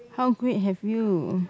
how great have you